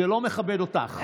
זה לא מכבד אותך.